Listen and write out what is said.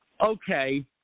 okay